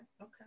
Okay